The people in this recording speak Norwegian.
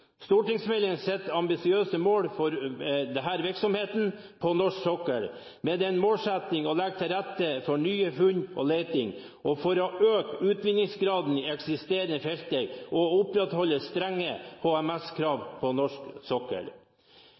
Stortingsmeldingen setter ambisiøse mål for denne virksomheten på norsk sokkel, med den målsetting å legge til rette for nye funn og leting og for å øke utvinningsgraden i eksisterende felter og opprettholde strenge HMS-krav på norsk sokkel.